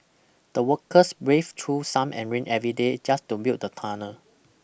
the workers braved through sum and rain every day just to build the tunnel